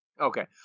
Okay